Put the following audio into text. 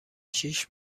شیش